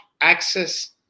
access